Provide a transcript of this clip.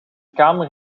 kamer